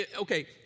okay